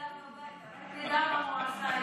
לך תדע מה הוא עשה איתו.